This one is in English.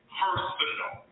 personal